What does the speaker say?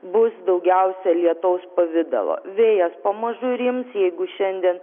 bus daugiausia lietaus pavidalo vėjas pamažu rims jeigu šiandien